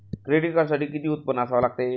Credit कार्डसाठी किती उत्पन्न असावे लागते?